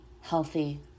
healthy